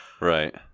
right